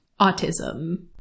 autism